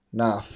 nah